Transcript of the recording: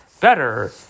better